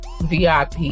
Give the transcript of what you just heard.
VIP